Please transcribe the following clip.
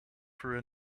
through